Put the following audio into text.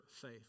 faith